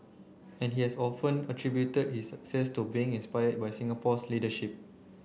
and he has often attributed its success to being inspired by Singapore's leadership